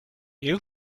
you